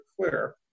clear